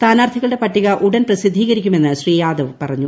സ്ഥാനാർത്ഥികളുടെ പട്ടിക ഉടൻ പ്രസിദ്ധീകരിക്കുമെന്ന് ശ്രീ യാദവ് പറഞ്ഞു